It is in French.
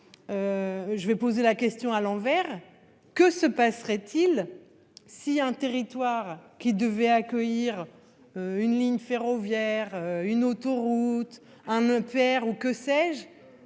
Je vais poser la question à l'envers. Que se passerait-il si un territoire, qui devaient accueillir. Une ligne ferroviaire une autoroute hein, mon père ou que sais-je.